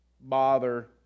Bother